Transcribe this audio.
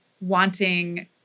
wanting